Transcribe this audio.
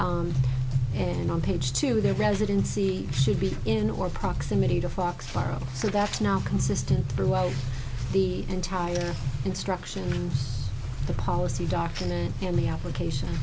votes and on page two of the residency should be in or proximity to foxfire so that's now consistent throughout the entire instruction the policy document and the application